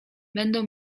będą